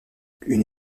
une